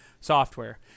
software